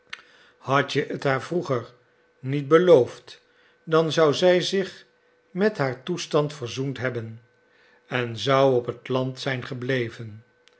had je het haar vroeger niet beloofd dan zou zij zich met haar toestand verzoend hebben en zou op het land zijn gebleven